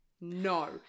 No